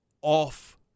off